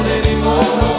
anymore